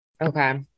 Okay